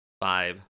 Five